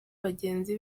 bagenzi